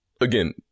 again